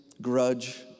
grudge